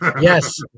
Yes